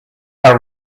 are